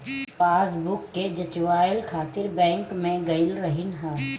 passbook के जचवाए खातिर बैंक में गईल रहनी हअ